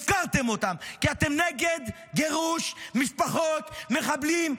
שהפקרתם אותם, כי אתם נגד גירוש משפחות מחבלים.